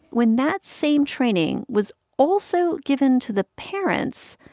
when that same training was also given to the parents,